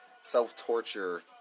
self-torture